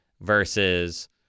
Versus